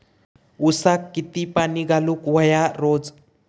ऊसाक किती पाणी घालूक व्हया रोज?